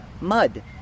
mud